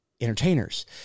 entertainers